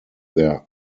their